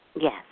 Yes